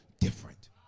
different